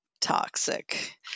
toxic